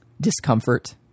discomfort